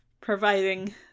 providing